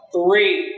Three